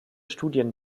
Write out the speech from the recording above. studien